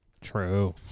True